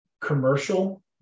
commercial